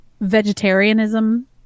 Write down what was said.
vegetarianism